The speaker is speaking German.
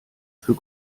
für